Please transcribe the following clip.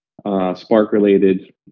spark-related